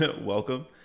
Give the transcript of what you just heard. Welcome